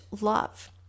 love